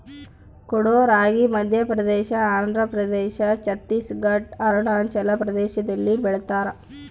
ಕೊಡೋ ರಾಗಿ ಮಧ್ಯಪ್ರದೇಶ ಆಂಧ್ರಪ್ರದೇಶ ಛತ್ತೀಸ್ ಘಡ್ ಅರುಣಾಚಲ ಪ್ರದೇಶದಲ್ಲಿ ಬೆಳಿತಾರ